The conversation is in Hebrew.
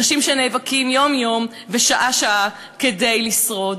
אנשים שנאבקים יום-יום ושעה-שעה כדי לשרוד,